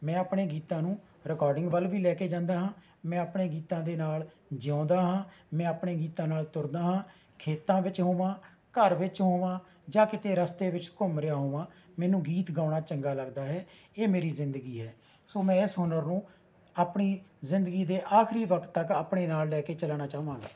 ਮੈਂ ਆਪਣੇ ਗੀਤਾਂ ਨੂੰ ਰਿਕੋਡਿੰਗ ਵੱਲ ਵੀ ਲੈ ਕੇ ਜਾਂਦਾ ਹੈ ਮੈਂ ਆਪਣੇ ਗੀਤਾਂ ਦੇ ਨਾਲ ਜਿਉਂਦਾ ਹਾਂ ਮੈਂ ਆਪਣੇ ਗੀਤਾਂ ਨਾਲ ਤੁਰਦਾ ਹਾਂ ਖੇਤਾਂ ਵਿੱਚ ਹੋਵਾਂ ਘਰ ਵਿੱਚ ਹੋਵਾਂ ਜਾਂ ਕਿਤੇ ਰਸਤੇ ਵਿੱਚ ਘੁੰਮ ਰਿਹਾ ਹੋਵਾਂ ਮੈਨੂੰ ਗੀਤ ਗਾਉਣਾ ਚੰਗਾ ਲੱਗਦਾ ਹੈ ਇਹ ਮੇਰੀ ਜ਼ਿੰਦਗੀ ਹੈ ਸੋ ਮੈਂ ਇਸ ਹੁਨਰ ਨੂੰ ਆਪਣੀ ਜ਼ਿੰਦਗੀ ਦੇ ਆਖਰੀ ਵਕਤ ਤੱਕ ਆਪਣੇ ਨਾਲ ਲੈ ਕੇ ਚੱਲਣਾ ਚਾਹਵਾਂਗਾ